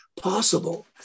possible